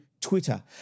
Twitter